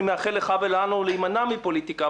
מאחל לך ולנו להימנע מפוליטיקה,